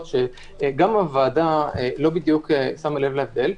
שגם הוועדה לא בדיוק שמה לב להבדל.